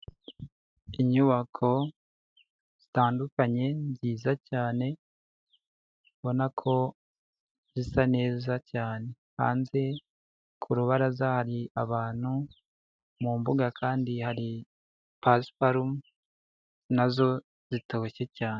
Inyubako zitandukanye nziza cyane, mbona ko zisa neza cyane, hanze ku rubaraza hari abantu, mu mbuga kandi hari pasiparume nazo zitoshye cyane.